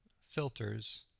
Filters